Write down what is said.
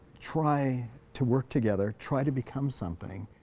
try to work together, try to become something.